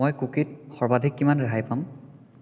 মই কুকিত সৰ্বাধিক কিমান ৰেহাই পাম